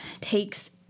takes